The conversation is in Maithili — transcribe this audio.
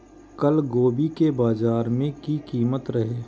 कल गोभी के बाजार में की कीमत रहे?